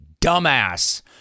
dumbass